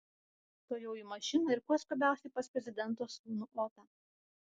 tuojau į mašiną ir kuo skubiausiai pas prezidento sūnų otą